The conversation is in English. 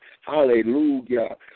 Hallelujah